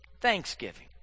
Thanksgiving